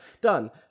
Done